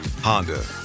Honda